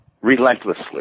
relentlessly